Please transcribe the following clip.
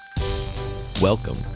Welcome